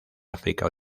áfrica